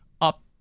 up